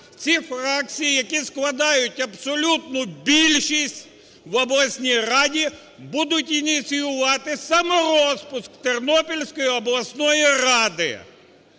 ці фракції, які складають абсолютну більшість в обласній раді, будуть ініціювати саморозпуск Тернопільської обласної ради.